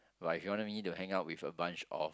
like if you wanted me to hang out with a bunch of